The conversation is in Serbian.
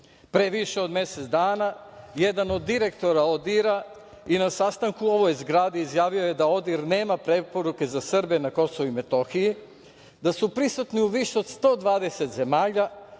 Pre više od mesec dana jedan od direktora ODIHR-a na sastanku u ovoj zgradi izjavio je da ODIHR nema preporuke za Srbe na KiM, da su prisutni u više od 120 zemalja,